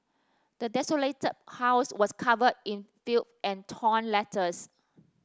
the desolated house was covered in filth and torn letters